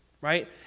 right